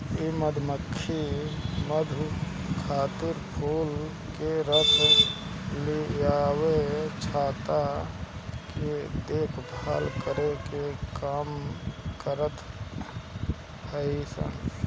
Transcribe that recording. इ मधुमक्खी मधु खातिर फूल के रस लियावे, छत्ता के देखभाल करे के काम करत हई सन